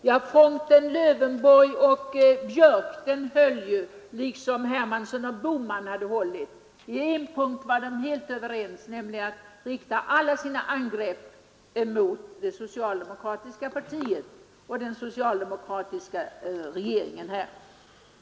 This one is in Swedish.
Herr talman! Fronten Lövenborg—Björck i Nässjö höll liksom fronten Hermansson—Bohman. I fråga om en punkt var de helt överens, nämligen om att rikta alla sina angrepp mot det socialdemokratiska partiet och den socialdemokratiska regeringen.